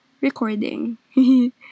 recording